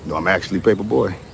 i'm actually paperboard